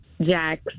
Jack